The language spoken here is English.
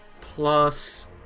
plus